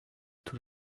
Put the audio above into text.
tout